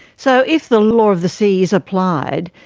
so if the law of the sea is applied,